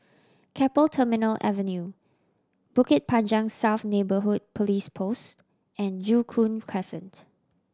Keppel Terminal Avenue Bukit Panjang South Neighbourhood Police Post and Joo Koon Crescent